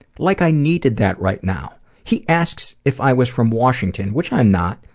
like i needed that right now. he asks if i was from washington, which i'm not.